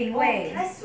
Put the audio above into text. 品味